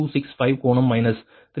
98265 கோணம் மைனஸ் 3